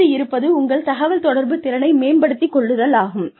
அடுத்து இருப்பது உங்கள் தகவல்தொடர்பு திறனை மேம்படுத்திக் கொள்ளுதல் ஆகும்